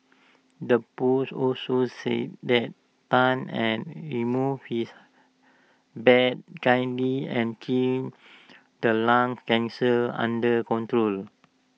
the post also said that Tan had removed his bad kidney and kept the lung cancer under control